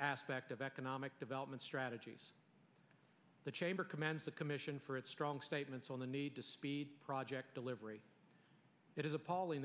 aspect of economic development strategies the chamber commands the commission for its strong statements on the need to speed project delivery it is appalling